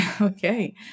Okay